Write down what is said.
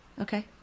Okay